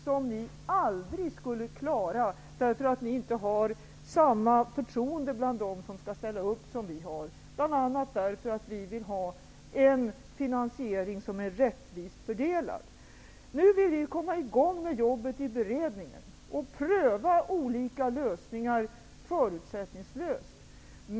Det jobbet skulle ni aldrig klara, därför att ni inte åtnjuter samma förtroende som vi bland dem som skall ställa upp, bl.a. därför att vi vill ha en finansiering som är rättvist fördelad. Nu vill vi komma i gång med jobbet i beredningen och förutsättningslöst pröva olika lösningar.